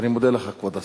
אני מודה לך, כבוד השר.